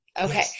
Okay